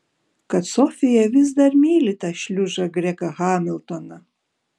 kad sofija vis dar myli tą šliužą gregą hamiltoną